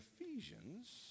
Ephesians